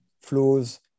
flows